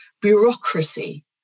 bureaucracy